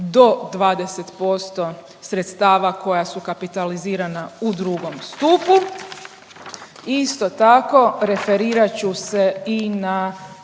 do 20% sredstava koja su kapitalizirana u II. stupu. Isto tako referirat ću se i na